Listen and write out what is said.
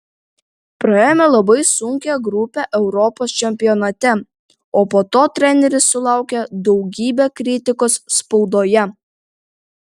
praėjome labai sunkią grupę europos čempionate o po to treneris sulaukė daugybę kritikos spaudoje